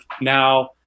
now